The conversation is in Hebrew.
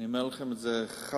אני אומר לכם את זה חד-משמעית,